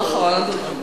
הוא האחרון?